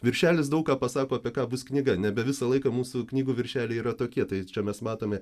viršelis daug ką pasako apie ką bus knyga nebe visą laiką mūsų knygų viršeliai yra tokie tai čia mes matome